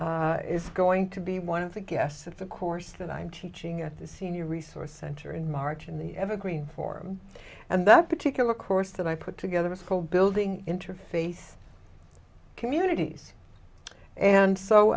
on it's going to be one of the guests of the course that i'm teaching at the senior resource center in march in the evergreen forum and that particular course that i put together a school building interface communities and so